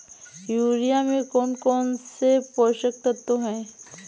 Urea में कौन कौन से पोषक तत्व है?